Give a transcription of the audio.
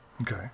Okay